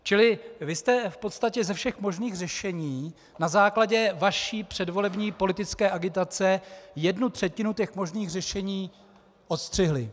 Čili vy jste v podstatě ze všech možných řešení na základě vaší předvolební politické agitace jednu třetinu těch možných řešení odstřihli.